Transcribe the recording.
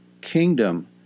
kingdom